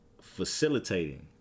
facilitating